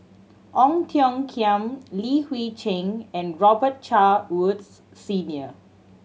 Ong Tiong Khiam Li Hui Cheng and Robet Carr Woods Senior